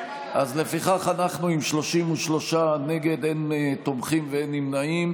לפיכך אנחנו עם 33 נגד, אין תומכים ואין נמנעים.